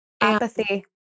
Apathy